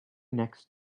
next